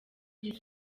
iri